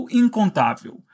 incontável